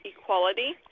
equality